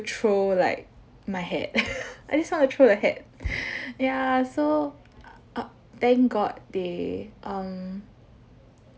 throw like my hat I just want to throw the hat ya so err thank god they um